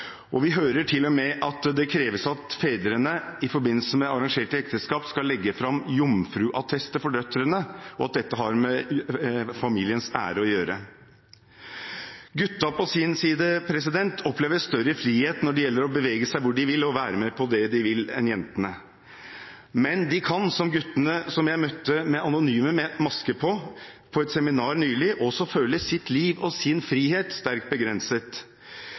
Vi hører til og med at det kreves at fedrene i forbindelse med arrangerte ekteskap skal legge fram jomfruattester for døtrene, og at dette har med familiens ære å gjøre. Guttene opplever på sin side større frihet enn jentene når det gjelder å bevege seg hvor de vil, og å være med på det de vil. Men de kan også – som guttene med anonyme masker på som jeg møtte på et seminar nylig – føle sitt liv og sin frihet sterkt begrenset